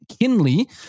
Kinley